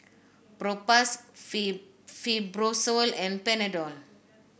Propass Fibrosol and Panadol